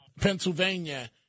Pennsylvania